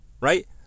Right